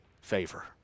favor